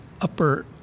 upper